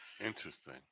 Interesting